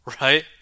right